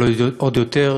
אבל עוד יותר,